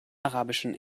arabischen